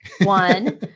one